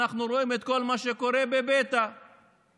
אנחנו רואים את כל מה שקורה בביתא ובברטעה